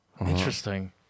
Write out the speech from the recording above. interesting